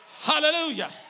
hallelujah